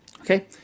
okay